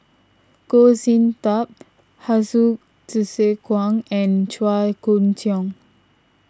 Goh Sin Tub Hsu Tse Kwang and Chua Koon Siong